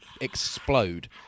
explode